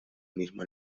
misma